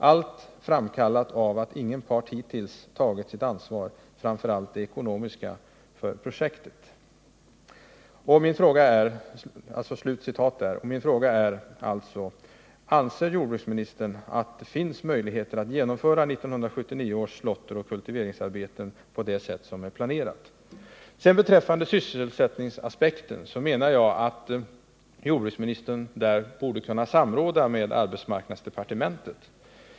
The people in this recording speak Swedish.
Allt framkallat av att ingen part hittills tagit sitt ansvar — framför allt det ekonomiska — för projektet.” Min fråga är: Anser jordbruksministern att det finns möjligheter att genomföra 1979 års slåtteroch kultiveringsarbeten på det sätt som är planerat? Beträffande sysselsättningsaspekten menar jag att jordbruksministern borde kunna samråda med arbetsmarknadsdepartementet.